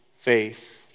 faith